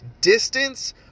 distance